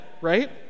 right